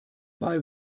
bei